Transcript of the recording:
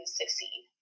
succeed